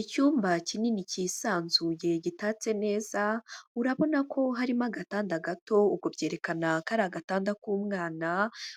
Icyumba kinini kisanzuye, gitatse neza, urabona ko harimo agatanda gato ubwo byerekana ko ari agatanda k'umwana,